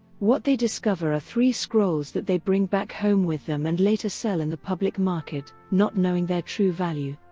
what they discover are three scrolls that they bring back home with them and later sell in the public market, not knowing their true value.